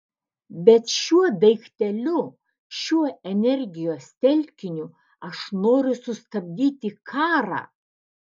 bet šiuo daikteliu šiuo energijos telkiniu aš noriu sustabdyti karą